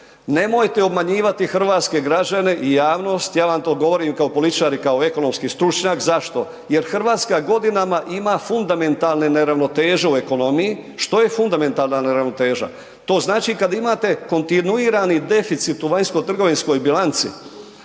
nemojte obmanjivati hrvatske građane i javnost, ja vam to govorim kao političar i kao ekonomski stručnjak, zašto, jer Hrvatska godinama ima fundamentalne neravnoteže u ekonomiji. Što je fundamentalna neravnoteža? To znači kad imate kontinuirani deficit u vanjsko trgovinskoj bilanci.